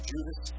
Judas